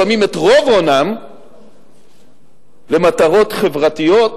לפעמים את רוב הונם למטרות חברתיות: